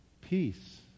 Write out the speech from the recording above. Peace